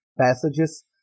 passages